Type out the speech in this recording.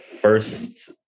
first